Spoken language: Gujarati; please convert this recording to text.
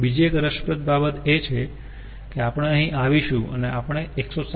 બીજી એક રસપ્રદ બાબત એ છે કે આપણે અહીં આવીશું અને આપણે 107